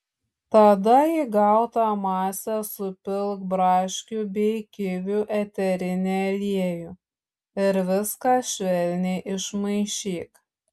tada į gautą masę supilk braškių bei kivių eterinį aliejų ir viską švelniai išmaišyk